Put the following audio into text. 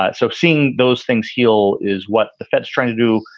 ah so seeing those things heel is what the fed is trying to do.